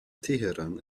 teheran